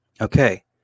Okay